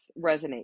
resonate